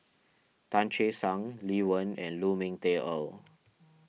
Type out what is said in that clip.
Tan Che Sang Lee Wen and Lu Ming Teh Earl